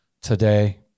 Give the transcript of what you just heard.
today